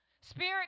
Spirit